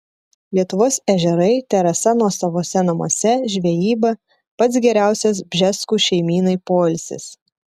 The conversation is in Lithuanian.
lietuvos ežerai terasa nuosavuose namuose žvejyba pats geriausias bžeskų šeimynai poilsis